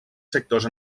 sectors